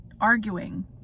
arguing